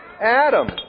Adam